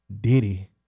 diddy